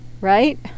right